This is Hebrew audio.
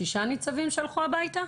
שישה ניצבים שהלכו הביתה?